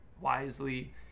wisely